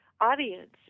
audience